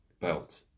belt